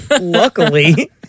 Luckily